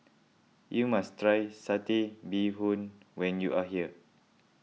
you must try Satay Bee Hoon when you are here